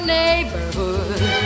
neighborhood